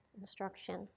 instruction